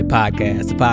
podcast